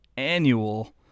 annual